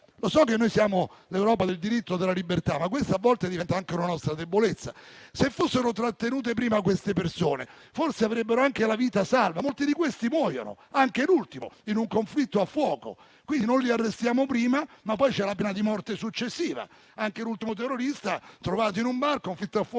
Lo so che noi siamo l'Europa del diritto e della libertà, ma questo a volte diventa anche una nostra debolezza. Se quelle persone fossero trattenute prima, forse avrebbero anche la vita salva; molti di esse muoiono, anche l'ultima, in un conflitto a fuoco. Quindi non li arrestiamo prima, ma poi c'è la pena di morte successiva. Anche l'ultimo terrorista, trovato in un bar, è morto a seguito